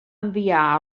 enviar